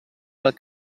dal